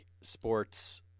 sports